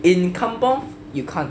in kampung you can't